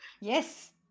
Yes